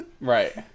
Right